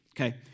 Okay